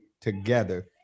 together